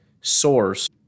source